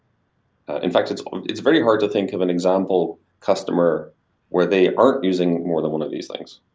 in fact, it's um it's very hard to think of an example customer where they aren't using more than one of these things.